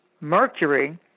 Mercury